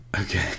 Okay